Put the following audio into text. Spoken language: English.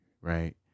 right